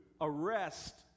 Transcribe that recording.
arrest